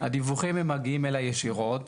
הדיווחים מגיעים אליי ישירות.